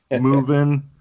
moving